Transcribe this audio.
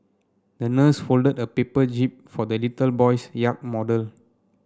the nurse folded a paper jib for the little boy's yacht model